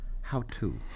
How-to